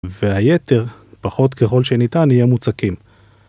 והיתר, פחות ככל שניתן, יהיה מוצקים.